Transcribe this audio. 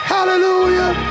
Hallelujah